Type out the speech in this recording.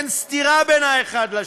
אין סתירה בין האחד לשני.